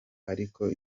ariko